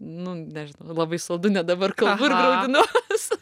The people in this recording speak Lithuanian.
nu nežinau labai saldu net dabar kalbu ir graudinuosi